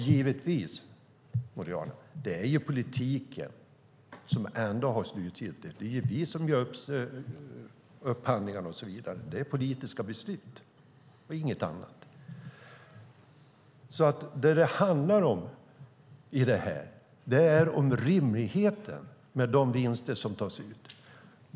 Givetvis är det politiken som har det yttersta ansvaret, Boriana. Det är vi som gör upphandlingarna och så vidare. Det är politiska beslut, inget annat. Vad det handlar om är rimligheten i de vinster som tas ut.